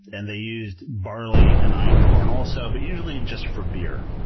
and they used barley and einkorn also, but usually just for beer.